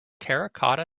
terracotta